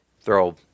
throw